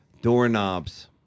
Doorknobs